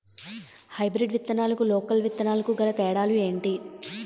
Hybrid విత్తనాలకు local విత్తనాలకు గల తేడాలు ఏంటి?